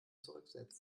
zurücksetzen